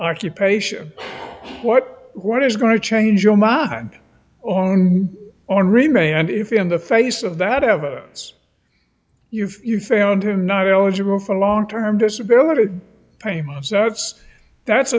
occupation what what is going to change your mind on on remand if in the face of that evidence you've found him not eligible for long term disability payments that's that's